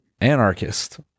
anarchist